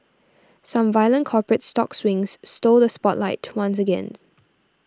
some violent corporate stock swings stole the spotlight once again